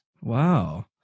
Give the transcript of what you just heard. wow